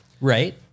Right